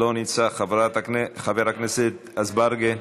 לא נמצא, חבר הכנסת אזברגה,